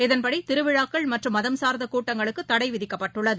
இதன்படிதிருவிழாக்கள் மற்றும் மதம் சார்ந்தகூட்டங்களுக்குதடைவிதிக்கப்பட்டுள்ளது